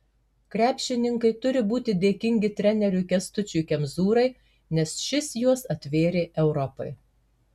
krepšininkai turi būti dėkingi treneriui kęstučiui kemzūrai nes šis juos atvėrė europai